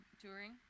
touring